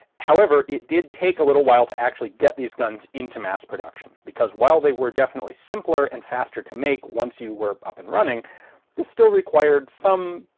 however, it did take a little while to actually get these guns into mass production. because while they were definitely simpler and faster to make, once you were up and running this still required some.